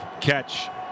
catch